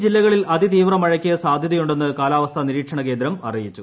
ഈ ജില്ലകളിൽ അതിതീവ്ര മഴയ്ക്ക് സാധ്യതയുണ്ടെന്ന് കാലാവസ്ഥാ നിരീക്ഷണ കേന്ദ്രം അറിയിച്ചു